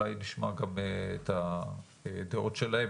אולי נשמע גם את הדעות שלהם,